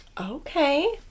Okay